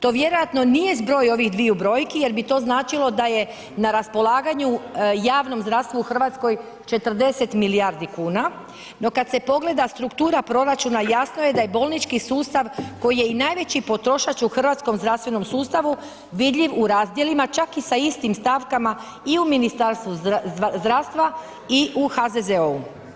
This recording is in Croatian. To vjerojatno nije zbroj ovih dviju brojki jer bi to značilo da je na raspolaganju javnom zdravstvu u Hrvatskoj 40 milijardi kuna no kad se pogleda struktura proračuna, jasno je da je bolnički sustav koji je i najveći potrošač u hrvatskom zdravstvenom sustavu, vidljiv u razdjelima čak i sa istim stavkama i u Ministarstvu zdravstva i u HZZO-u.